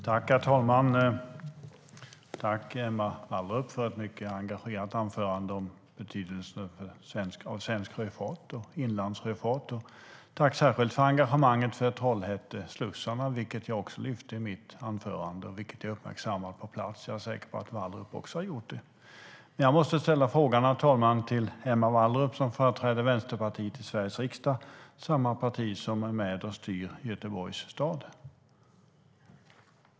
Herr talman! Tack, Emma Wallrup, för ett mycket engagerat anförande om betydelsen av svensk sjöfart och inlandssjöfart! Tack särskilt för engagemanget för Trollhätteslussarna, som även jag tog upp i mitt anförande! Jag har dessutom uppmärksammat dem på plats och är säker på att också Wallrup har gjort det. Jag måste, herr talman, ställa en fråga till Emma Wallrup, som företräder Vänsterpartiet i Sveriges riksdag, samma parti som är med och styr Göteborgs stad.